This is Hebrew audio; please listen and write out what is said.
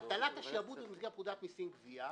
הטלת השעבוד במסגרת פקודת מסים (גבייה),